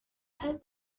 had